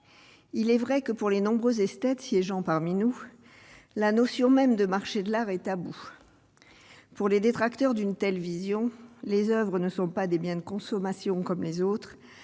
il est vrai que pour les nombreuses esthète siégeant parmi nous, la notion même de marché de l'art est tabou pour les détracteurs d'une telle vision les Oeuvres ne sont pas des biens de consommation comme les autres,